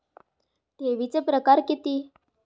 ठेवीचे प्रकार किती?